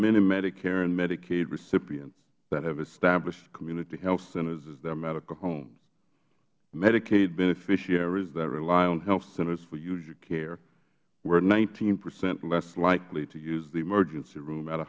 many medicare and medicaid recipients that have established community health centers as their medical home medicaid beneficiaries that rely on health centers for usual care were nineteen percent less likely to use the emergency room at a